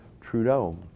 Trudeau